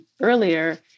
earlier